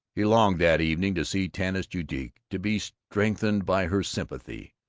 he longed, that evening, to see tanis judique, to be strengthened by her sympathy.